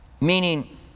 meaning